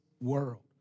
world